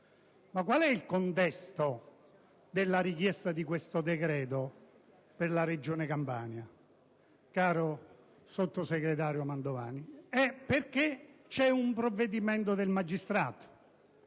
Ma qual è il contesto della richiesta di questo decreto per la Regione Campania caro sottosegretario Mantovani? Esso è legato a un provvedimento del magistrato